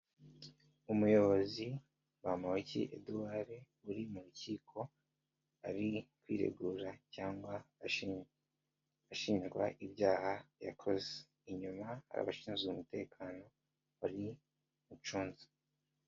Umuyobozi Bamporiki Edouard uri mu rukiko ari kwiregura cyangwa ashinjwa ibyaha yakoze, inyuma abashinzwe umutekano bari gucunga.